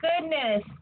goodness